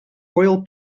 oil